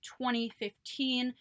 2015